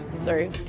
Sorry